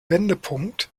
wendepunkt